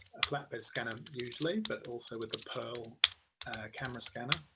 a flatbed scanner usually, but also with the pearl camera scanner.